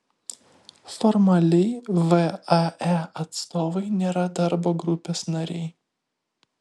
formaliai vae atstovai nėra darbo grupės nariai